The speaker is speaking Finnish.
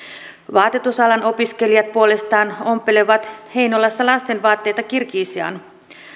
vaatetusalan opiskelijat puolestaan ompelevat lastenvaatteita kirgisiaan